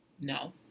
No